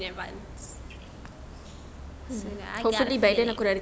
saya nak ajak friend